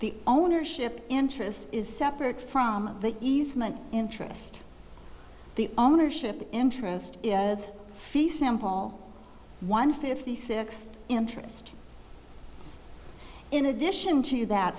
the ownership interest is separate from the easement interest the ownership interest free sample one fifty six interest in addition to that